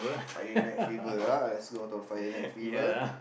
Friday night fever ah let's go to the Friday night fever